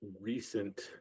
recent